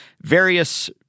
various